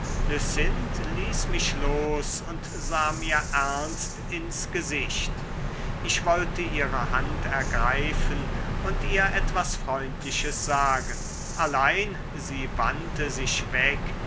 ließ mich los und sah mir ernst ins gesicht ich wollte ihre hand ergreifen und ihr etwas freundliches sagen allein sie wandte sich weg